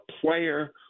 player